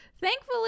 Thankfully